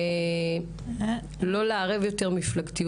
לא לערב יותר מפלגתיות.